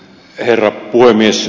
herra puhemies